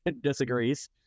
disagrees